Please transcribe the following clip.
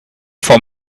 for